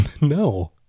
No